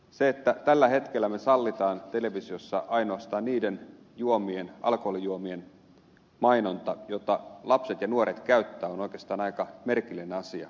se että me tällä hetkellä sallimme televisiossa ainoastaan niiden alkoholijuomien mainonnan joita lapset ja nuoret käyttävät on oikeastaan aika merkillinen asia